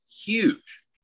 Huge